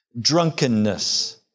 drunkenness